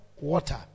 water